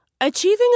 Achieving